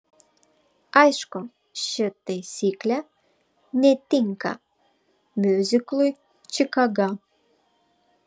aišku ši taisyklė netinka miuziklui čikaga